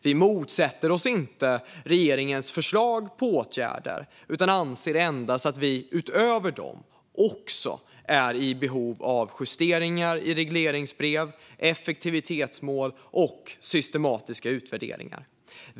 Vi motsätter oss inte regeringens förslag till åtgärder utan anser endast att vi utöver dessa också är i behov av justeringar i regleringsbrev, effektivitetsmål och systematiska utvärderingar.